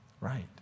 Right